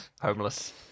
Homeless